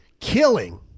Killing